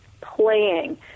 playing